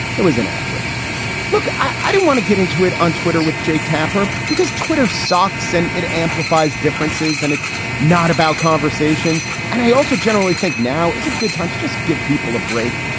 it was an accurate look. i don't want to get into it on twitter with jake tapper because twitter socks and it amplifies differences and it's not about conversations. and i also generally think now is a good time to just give people a break.